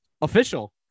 official